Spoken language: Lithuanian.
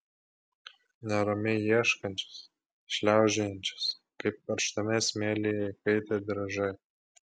neramiai ieškančias šliaužiojančias kaip karštame smėlyje įkaitę driežai